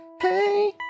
Hey